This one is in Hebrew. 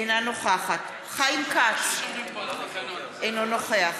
אינה נוכחת חיים כץ, אינו נוכח